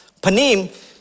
Panim